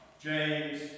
James